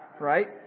Right